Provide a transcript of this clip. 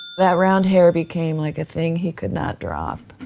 that round hair became like a thing he could not drop.